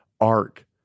ark